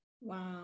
wow